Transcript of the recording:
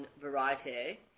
variety